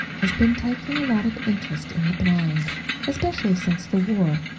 has been taking a lot of interest in the blind especially since the war.